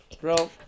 Bro